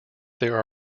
there